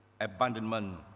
abandonment